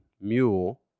mule